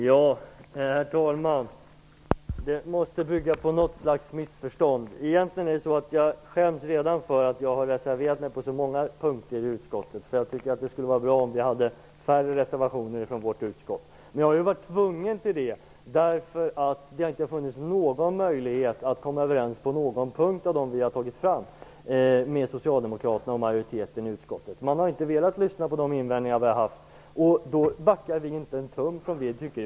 Herr talman! Det måste bygga på något slags missförstånd. Egentligen skäms jag redan för att jag har reserverat mig på så många punkter i utskottet. Jag tycker faktiskt att det skulle ha varit bra om det var färre reservationer i utskottet. Jag var emellertid tvungen att reservera mig. Det har nämligen inte funnits möjligheter att komma överens på någon av de punkter som vi tagit upp med socialdemokraterna och majoriteten i utskottet. Man har inte velat lyssna till våra invändningar. Vi backar inte en tum från det som vi tycker är viktigt.